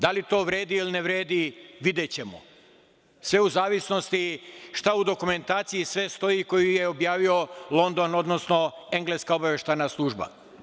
Da li to vredi ili ne vredi videćemo, sve u zavisnosti šta u dokumentaciji sve stoji koju je objavio London, odnosno engleska obaveštajna služba.